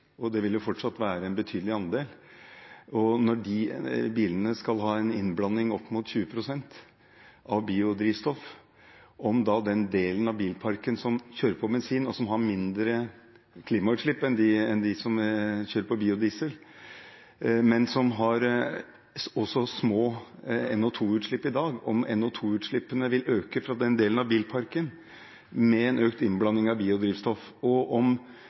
Det vil jo fortsatt være en betydelig andel. Det handler om de bilene som skal ha en innblanding av biodrivstoff på opp mot 20 pst., og om den delen av bilparken som kjører på bensin, og som har mindre klimagassutslipp enn de som kjører på biodiesel, men som også har små NO 2 -utslipp i dag – om NO 2 -utslippene vil øke fra den delen av bilparken med en økt innblanding av biodrivstoff,